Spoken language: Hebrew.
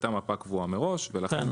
הייתה מפה קבועה מראש ולכן,